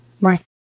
Right